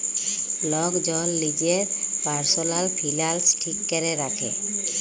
lock জল লিজের পারসলাল ফিলালস ঠিক ক্যরে রাখে